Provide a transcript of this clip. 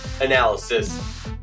analysis